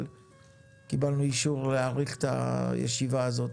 אבל קיבלנו אישור להאריך את הישיבה הזאת